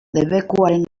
debekuaren